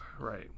Right